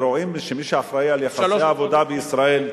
התמונה הזאת,